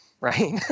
Right